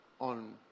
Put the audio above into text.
On